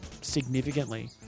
significantly